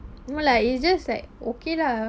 no lah it's just like okay lah